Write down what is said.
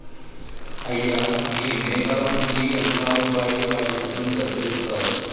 అయ్యా గీ మేకల నుండి యంత్రాలు వాడి వాటి జుట్టును కత్తిరిస్తారు